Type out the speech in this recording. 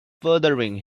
furthering